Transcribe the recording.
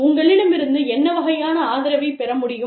உங்களிடமிருந்து என்ன வகையான ஆதரவைப் பெற முடியும்